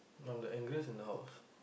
I'm the angriest in the house